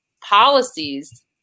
policies